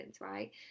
right